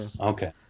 Okay